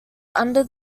under